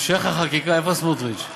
איפה סמוטריץ?